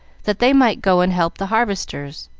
that they might go and help the harvesters.